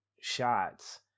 shots